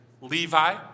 Levi